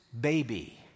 baby